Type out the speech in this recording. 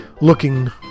looking